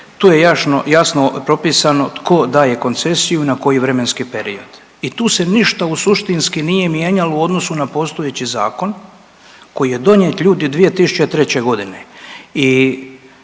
tu je jasno propisano tko daje koncesiju i na koji vremenski period i tu se ništa suštinski nije mijenjalo u odnosu na postojeći zakon koji je donijet ljudi 2003.g. i